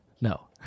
No